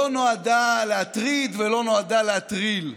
לא נועדה להטריד ולא נועדה להטריל.